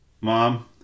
Mom